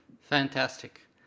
Fantastic